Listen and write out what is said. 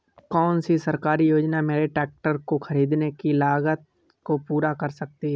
कौन सी सरकारी योजना मेरे ट्रैक्टर को ख़रीदने की लागत को पूरा कर सकती है?